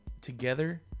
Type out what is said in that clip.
together